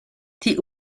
die